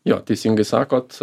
jo teisingai sakot